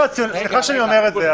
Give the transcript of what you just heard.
סליחה שאני אומר לך את זה,